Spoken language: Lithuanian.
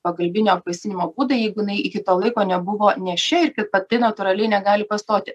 pagalbinio apvaisinimo būdai jeigu jinai iki tol laiko nebuvo nėščia ir kad pati natūraliai negal pastoti